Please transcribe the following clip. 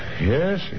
Yes